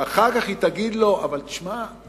ואחר כך היא תגיד לו: תשמע,